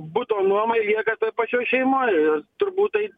buto nuomai lieka toj pačioj šeimoj turbūt tai